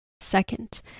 Second